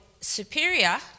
superior